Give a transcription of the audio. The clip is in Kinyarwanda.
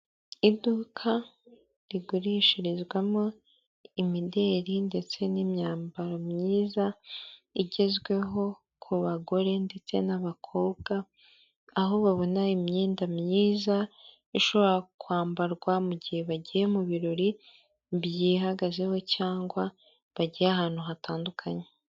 Iduka rigurishirizwamo imideli ndetse n'imyambaro myiza igezweho ku bagore ndetse n'abakobwa aho babona imyenda myiza ishobora kwambarwa mu gihe bagiye mu birori byihagazeho cyangwa bagiye ahantu hatandukanye.